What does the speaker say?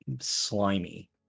slimy